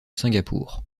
singapour